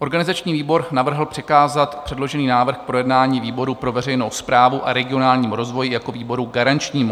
Organizační výbor navrhl přikázat předložený návrh k projednání výboru pro veřejnou správu a regionální rozvoj jako výboru garančnímu.